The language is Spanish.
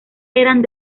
eran